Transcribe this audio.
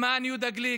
למען יהודה גליק.